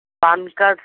pan card